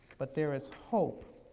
but there is hope.